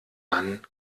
wann